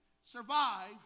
survive